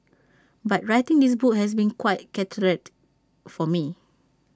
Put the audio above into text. but writing this book has been quite cathartic for me